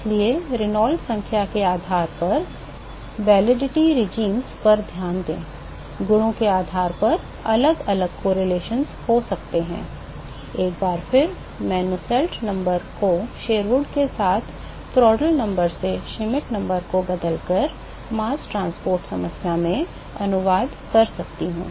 इसलिए रेनॉल्ड्स संख्या के आधार पर इन वैधता व्यवस्थाओं पर ध्यान दें गुणों के आधार पर अलग अलग सहसंबंध हो सकते हैं एक बार फिर मैं नुसेल्ट नंबर को शेरवुड के साथ और प्रांट्ल नंबर से श्मिट नंबर को बदलकर mass transport समस्या में अनुवाद कर सकता हूं